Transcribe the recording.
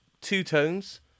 two-tones